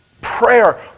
Prayer